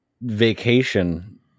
vacation